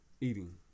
eating